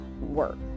work